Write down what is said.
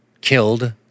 killed